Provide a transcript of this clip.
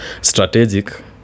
strategic